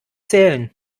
zählen